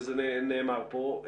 וזה נאמר פה,